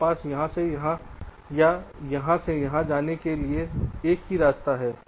मेरे पास यहाँ से यहाँ या यहाँ से यहाँ तक ले जाने के लिए एक रास्ता है